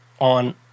on